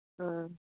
ꯎꯝ